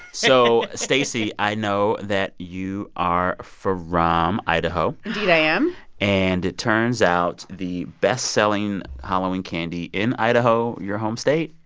so stacey, i know that you are from ah um idaho indeed, i am and it turns out, the best selling halloween candy in idaho, your home state,